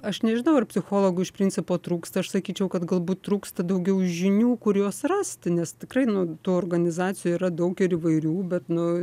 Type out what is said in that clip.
aš nežinau ar psichologų iš principo trūksta aš sakyčiau kad galbūt trūksta daugiau žinių kur juos rasti nes tikrai nu tų organizacijų yra daug ir įvairių bet nu